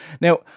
Now